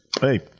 Hey